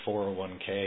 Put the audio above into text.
401k